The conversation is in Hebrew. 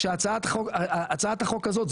שהצעת החוק הזאת,